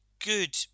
good